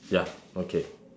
ya okay